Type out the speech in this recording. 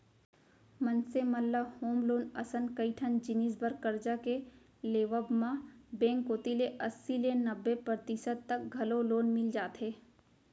मनसे मन ल होम लोन असन कइ ठन जिनिस बर करजा के लेवब म बेंक कोती ले अस्सी ले नब्बे परतिसत तक घलौ लोन मिल जाथे